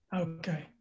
Okay